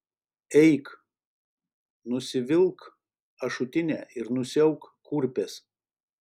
eik nusivilk ašutinę ir nusiauk kurpes